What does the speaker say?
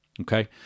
Okay